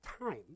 time